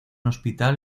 hospital